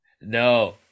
No